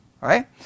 Right